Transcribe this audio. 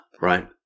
right